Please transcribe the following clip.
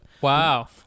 wow